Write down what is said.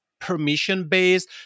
permission-based